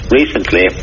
recently